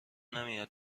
نمیاد